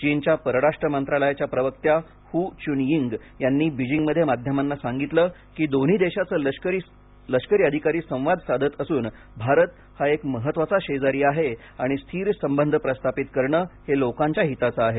चीनच्या परराष्ट्र मंत्रालयाच्या प्रवक्त्या हू चुनयिंग यांनी बीजिंगमध्ये माध्यमांना सांगितले की दोन्ही देशाचे लष्करी अधिकारी संवाद साधत असून भारत हा एक महत्त्वाचा शेजारी आहे आणि स्थिर संबंध प्रस्थापित करणं हे लोकांच्या हिताचे आहे